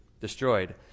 destroyed